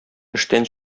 эштән